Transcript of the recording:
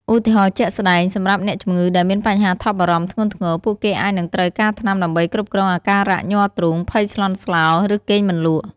ឧទាហរណ៍ជាក់ស្តែង: សម្រាប់អ្នកជំងឺដែលមានបញ្ហាថប់បារម្ភធ្ងន់ធ្ងរ ពួកគេអាចនឹងត្រូវការថ្នាំដើម្បីគ្រប់គ្រងអាការៈញ័រទ្រូង ភ័យស្លន់ស្លោ ឬគេងមិនលក់។